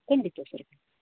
ಖಂಡಿತ ಸರ್